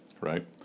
Right